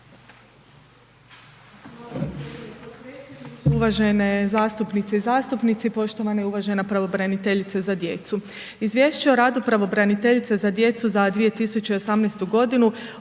uvažene zastupnice i zastupnici, poštovana i uvažena pravobraniteljice za djecu. Izvješće o radu pravobraniteljice za djecu za 2018. g.